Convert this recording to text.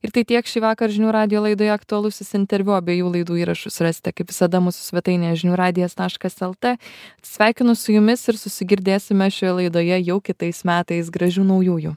ir tai tiek šį vakar žinių radijo laidoje aktualusis interviu abiejų laidų įrašus rasite kaip visada mūsų svetainėje žinių radijas taškas lt atsveikinu su jumis ir susigirdėsime šioje laidoje jau kitais metais gražių naujųjų